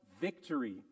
victory